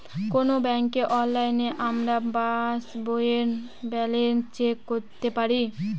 কোনো ব্যাঙ্কে অনলাইনে আমরা পাস বইয়ের ব্যালান্স চেক করতে পারি